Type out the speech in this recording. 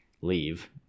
leave